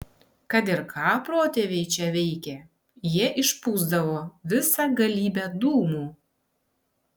kad ir ką protėviai čia veikė jie išpūsdavo visą galybę dūmų